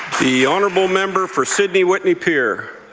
the honourable member for sydney whitney pier.